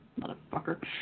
motherfucker